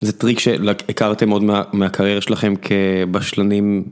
זה טריק שהכרתם עוד מהקריירה שלכם כבשלנים.